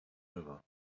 over